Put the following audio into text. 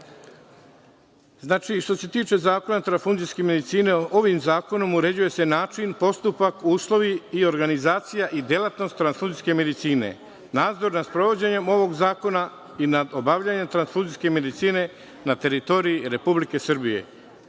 lično. Što se tiče Zakona transfuzijske medicine, ovim zakonom uređuje se način, postupak, uslovi, organizacija i delatnost transfuzijske medicine, nadzor nad sprovođenjem ovog zakona i nad obavljanjem transfuzijske medicine na teritoriji Republike Srbije.